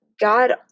God